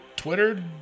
twitter